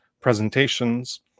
presentations